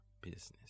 business